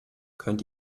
könnt